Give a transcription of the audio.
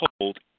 hold